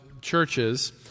churches